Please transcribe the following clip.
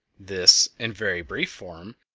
this, in very brief form,